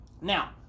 now